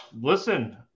Listen